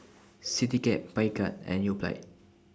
Citycab Picard and Yoplait